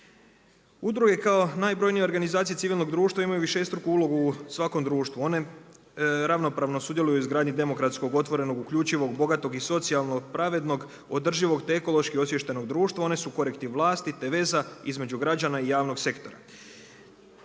Udruge kao najbrojnije organizacije civilnog društva imaju višestruku ulogu u svakom društvu, one ravnopravno sudjeluju u izgradnji demokratskog otvorenog, uključivog, bogatog i socijalno pravednog, održivog te ekološki osviještenog društva, one su korektiv vlasti te veza između građana i javnog sektora.